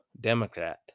Democrat